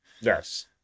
Yes